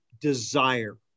desire